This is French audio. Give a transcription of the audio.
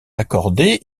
accorder